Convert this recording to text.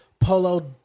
Polo